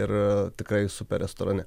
ir tikrai super restorane